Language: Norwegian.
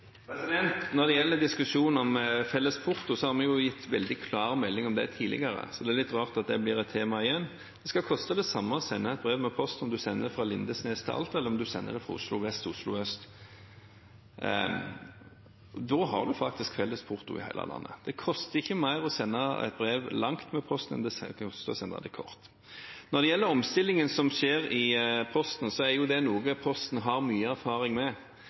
Når det gjelder diskusjonen om felles porto, har vi gitt veldig klar melding om det tidligere, så det er litt rart at det blir et tema igjen. Det skal koste det samme å sende et brev med posten enten en sender det fra Lindesnes til Alta, eller en sender det fra Oslo vest til Oslo øst. Da har man faktisk felles porto i hele landet. Det koster ikke mer å sende et brev langt med Posten enn det koster å sende det kort. Når det gjelder omstillingen som skjer i Posten, er jo det noe Posten har mye erfaring med.